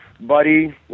Buddy